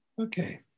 Okay